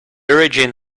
origin